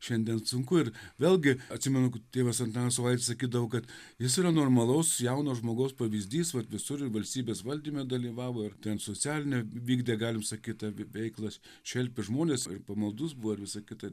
šiandien sunku ir vėlgi atsimenu kad tėvas antanas savaitis sakydavo kad jis yra normalaus jauno žmogaus pavyzdys visur ir valstybės valdyme dalyvavo ir ten socialinę vykdė galim sakyt abi veiklas šelpė žmones pamaldus buvo ir visa kita